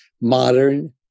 modern